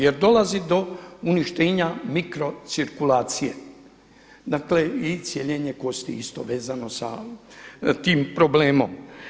Jer dolazi do uništenja mikrocirkulacije i cijeljenje kosti isto vezano sa tim problemom.